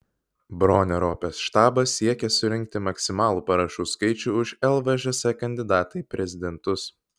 bronio ropės štabas siekia surinkti maksimalų parašų skaičių už lvžs kandidatą į prezidentus